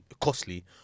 costly